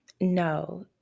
no